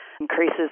increases